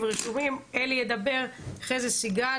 אני רוצה לספר לכם איזשהו סיפור קטן